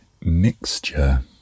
Mixture